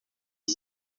iki